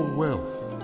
wealth